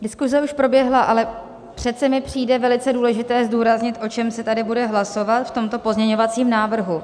Diskuse už proběhla, ale přece mi přijde velice důležité zdůraznit, o čem se tady bude hlasovat v tomto pozměňovacím návrhu.